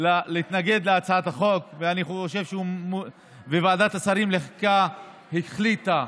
להתנגד להצעת החוק וועדת השרים לחקיקה החליטה